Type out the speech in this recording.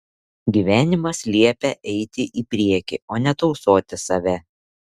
gyvenimas liepia eiti į priekį o ne tausoti save